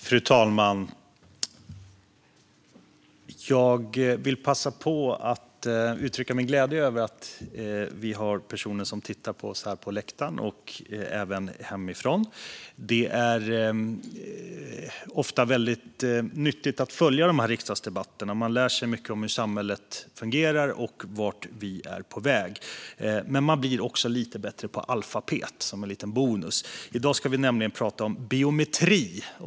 Fru talman! Jag vill passa på att uttrycka min glädje över att vi har personer som tittar på oss här från läktaren och även hemifrån. Det är ofta väldigt nyttigt att följa riksdagsdebatterna. Man lär sig mycket om hur samhället fungerar och vart vi är på väg. Men man blir också lite bättre på Alfapet, som en liten bonus. I dag ska vi nämligen prata om biometri.